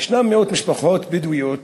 יש מאות משפחות בדואיות